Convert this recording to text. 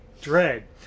Dread